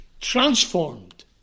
transformed